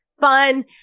fun